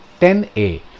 10A